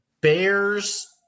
Bears